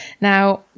Now